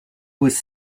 was